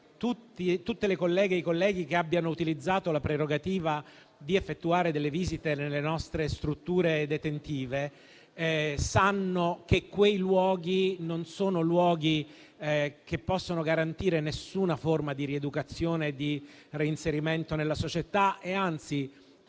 Tutte le colleghe e tutti i colleghi che abbiano utilizzato la prerogativa di effettuare visite nelle nostre strutture detentive sanno che quei luoghi non possono garantire alcuna forma di rieducazione e di reinserimento nella società: anzi,